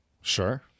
sure